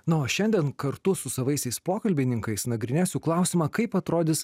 na o šiandien kartu su savaisiais pokalbininkais nagrinėsiu klausimą kaip atrodys